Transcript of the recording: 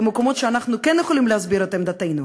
במקומות שאנחנו כן יכולים להסביר את עמדתנו,